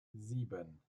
sieben